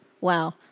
Wow